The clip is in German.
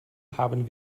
haben